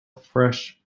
fresh